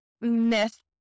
myth